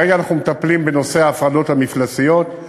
כרגע אנחנו מטפלים בנושא ההפרדות המפלסיות,